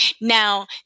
Now